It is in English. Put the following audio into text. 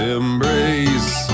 embrace